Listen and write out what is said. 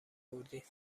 کردی